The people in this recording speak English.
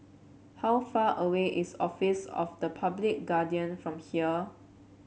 how far away is Office of the Public Guardian from here